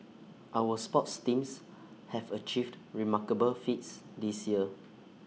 our sports teams have achieved remarkable feats this year